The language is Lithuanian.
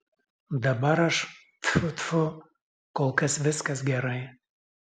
dabar aš tfu tfu kol kas viskas gerai